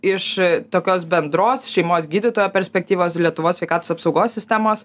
iš tokios bendros šeimos gydytojo perspektyvos lietuvos sveikatos apsaugos sistemos